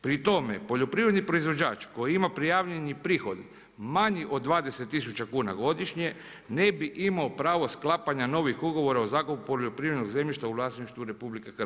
Pri tome poljoprivredni proizvođač koji ima prijavljeni prihod manji od 20 tisuća kuna godišnje ne bi imao pravo sklapanja novih ugovora o zakupu poljoprivrednog zemljišta u vlasništvu RH.